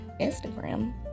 Instagram